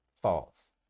thoughts